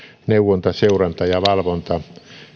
neuvonta seuranta ja valvonta